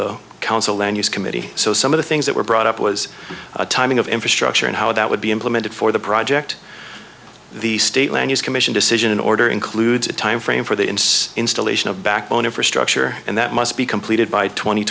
use committee so some of the things that were brought up was a timing of infrastructure and how that would be implemented for the project the state lands commission decision order includes a time frame for the installation of backbone infrastructure and that must be completed by tw